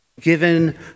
given